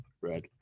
Red